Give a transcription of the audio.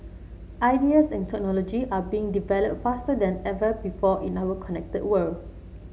ideas and technology are being developed faster than ever before in our connected world